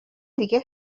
دیگه